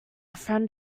friend